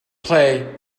play